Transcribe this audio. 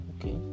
okay